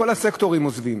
מכל הסקטורים עוזבים,